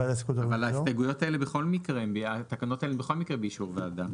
אבל התקנות האלה הן בכל מקרה באישור ועדה.